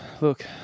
look